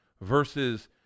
versus